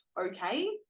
okay